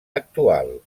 actual